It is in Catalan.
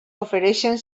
ofereixen